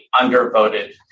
undervoted